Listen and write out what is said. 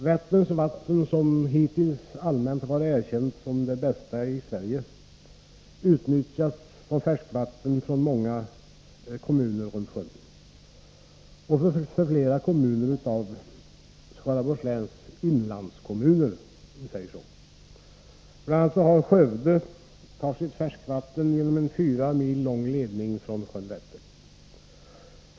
Vätterns vatten är allmänt erkänt som ett av de bästa i Sverige och utnyttjas som färskvatten av många kommuner runt sjön och för flera av Skaraborgs läns inlandskommuner. BI. a. Skövde tar sitt färskvatten genom en ca fyra mil lång ledning från Vättern.